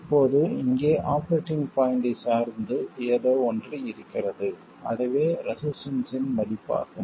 இப்போது இங்கே ஆபரேட்டிங் பாய்ண்ட்டைச் சார்ந்து ஏதோ ஒன்று இருக்கிறது அதுவே ரெசிஸ்டன்ஸ் இன் மதிப்பாகும்